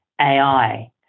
AI